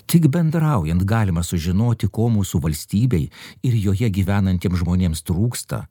tik bendraujant galima sužinoti ko mūsų valstybei ir joje gyvenantiem žmonėms trūksta